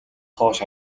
хойш